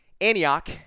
Antioch